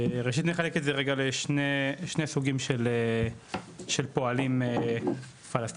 ראשית, נחלק את זה לשני סוגים של פועלים פלסטינים.